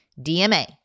DMA